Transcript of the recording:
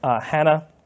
Hannah